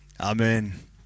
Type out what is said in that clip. Amen